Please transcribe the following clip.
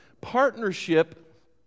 partnership